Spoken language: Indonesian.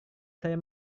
saya